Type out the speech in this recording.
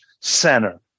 center